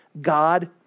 God